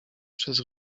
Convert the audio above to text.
przez